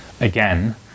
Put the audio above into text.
Again